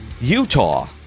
Utah